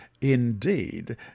indeed